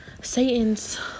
satan's